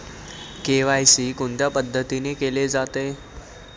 KYC कोणत्या पद्धतीने केले जाते?